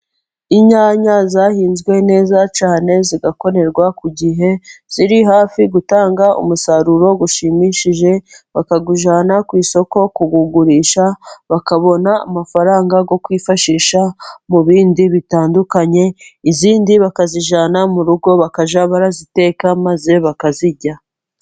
Inyanya zahinzwe neza cyane, zigakorerwa ku gihe, ziri hafi gutanga umusaruro ushimishije, bakawujyana ku isoko kuwugurisha, bakabona amafaranga yo kwifashisha mu bindi bitandukanye, izindi bakazijyana mu rugo, bakajya baraziteka, maze bakazirya.